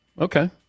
Okay